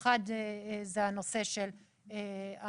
כאשר האחד הוא הנושא של האגרה.